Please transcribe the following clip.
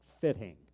fitting